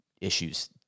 issues